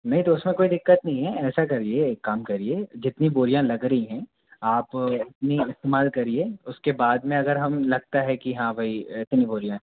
नहीं तो उसमें कोई दिक्कत नहीं है ऐसा करिए एक काम करिए जितनी बोरियाँ लग रही हैं आप उतनी इस्तेमाल करिए उसके बाद में अगर हमें लगता है कि हाँ भाई इतनी बोरियाँ हैं